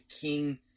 king